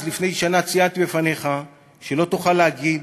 אז, לפני שנה, ציינתי בפניך שלא תוכל להגיד: